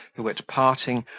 who, at parting,